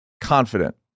confident